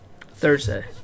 Thursday